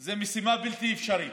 זה משימה בלתי אפשרית.